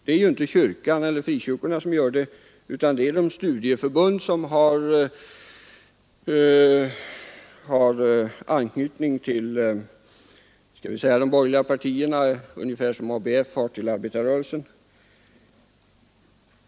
Det är inte kyrkan eller frikyrkorna som gör det, utan det är de studieförbund som har anknytning till de borgerliga partierna, ungefär som ABF har anknytning till arbetarrörelsen.